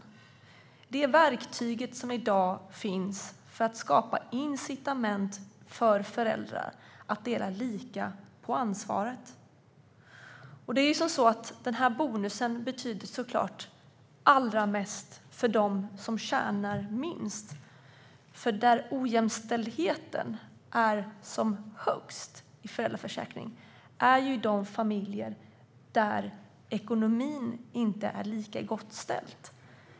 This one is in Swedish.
Det är det verktyg som i dag finns för att skapa incitament för föräldrar att dela lika på ansvaret. Bonusen betyder allra mest för dem som tjänar minst. Ojämställdheten i uttaget av föräldraförsäkringen är som högst i de familjer där ekonomin inte är lika god.